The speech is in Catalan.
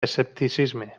escepticisme